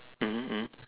mmhmm mmhmm